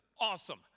awesome